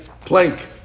plank